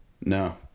no